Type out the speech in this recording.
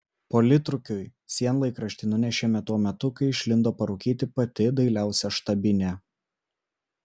politrukui sienlaikraštį nunešėme tuo metu kai išlindo parūkyti pati dailiausia štabinė